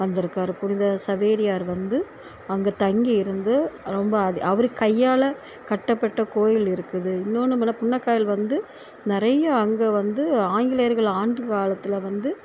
வந்து இருக்கார் புனித சவேரியார் வந்து அங்கே தங்கி இருந்து ரொம்ப அவர் கையால் கட்டப்பட்ட கோவில் இருக்குது இன்னோன்று நம்ம என்ன புன்னக்காயல் வந்து நிறைய அங்கே வந்து ஆங்கிலேயர்கள் ஆண்ட காலத்தில் வந்து